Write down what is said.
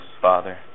Father